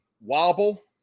wobble